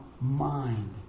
mind